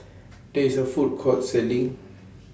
There IS A Food Court Selling